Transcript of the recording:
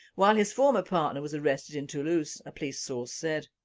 while his former partner was arrested in toulouse, a police source said.